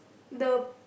the